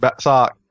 sock